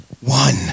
one